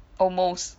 almost